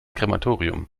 krematorium